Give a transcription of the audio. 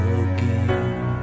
again